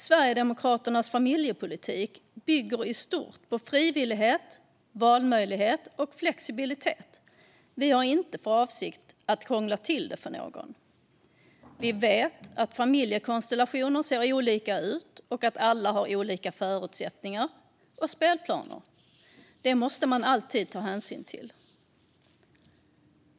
Sverigedemokraternas familjepolitik bygger i stort på frivillighet, valmöjlighet och flexibilitet. Vi har inte för avsikt att krångla till det för någon. Vi vet att familjekonstellationer ser olika ut och att alla har olika förutsättningar och spelplaner. Det måste man alltid ta hänsyn till.